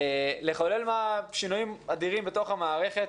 לחולל שינויים אדירים בתוך המערכת.